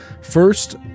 first